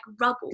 rubble